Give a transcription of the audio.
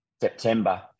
September